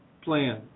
plan